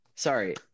Sorry